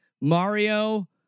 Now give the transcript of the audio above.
Mario